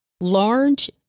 large